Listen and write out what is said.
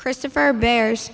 christopher bear